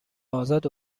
ازاد